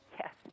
Yes